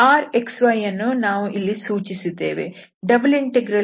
Rxyಯನ್ನು ನಾವು ಇಲ್ಲಿ ಸೂಚಿಸಿದ್ದೇವೆ